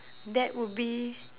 that would be